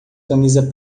camisa